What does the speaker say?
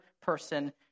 person